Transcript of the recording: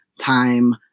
time